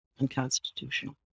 unconstitutional